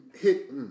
hit